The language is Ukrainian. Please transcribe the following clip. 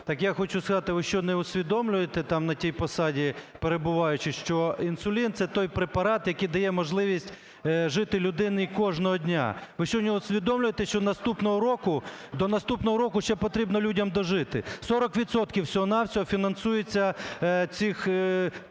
Так я хочу сказати, ви що не усвідомлюєте, там на тій посаді перебуваючи, що інсулін – це той препарат, який дає можливість жити людині кожного дня. Ви що не усвідомлюєте, що до наступного року ще потрібно людям дожити. 40 відсотків всього-на-всього фінансується цих коштів